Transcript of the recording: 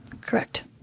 Correct